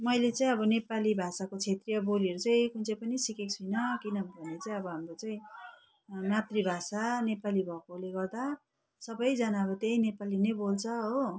मैले चाहिँ अब नेपाली भाषाको क्षेत्रीय बोलीहरू चाहिँ कुन चाहिँ पनि सिकेको छुइनँ किनभने चाहिँ अब हाम्रो चाहिँ मातृभाषा नेपाली भएकोले गर्दा सबैजना अब त्यही नेपाली नै बोल्छ हो